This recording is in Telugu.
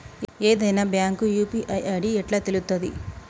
ఏదైనా బ్యాంక్ యూ.పీ.ఐ ఐ.డి ఎట్లా తెలుత్తది?